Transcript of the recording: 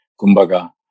Kumbaga